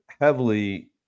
heavily